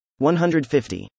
150